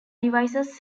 devices